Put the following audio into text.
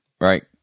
right